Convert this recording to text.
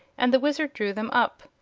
and the wizard drew them up.